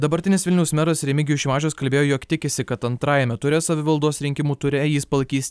dabartinis vilniaus meras remigijus šimašius kalbėjo jog tikisi kad antrajame ture savivaldos rinkimų ture jis palaikys